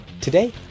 Today